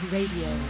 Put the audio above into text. Radio